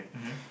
mmhmm